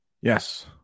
Yes